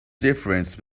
difference